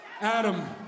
Adam